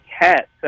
cat